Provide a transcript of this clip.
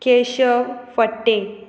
Keshav Phadte